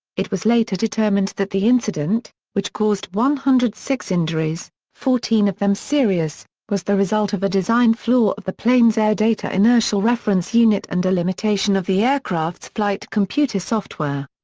it was later determined that the incident, which caused one hundred and six injuries, fourteen of them serious, was the result of a design flaw of the plane's air data inertial reference unit and a limitation of the aircraft's flight computer software.